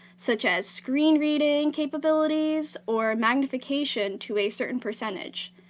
such as screen reading capabilities or magnification to a certain percentage,